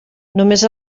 només